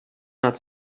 not